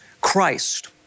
Christ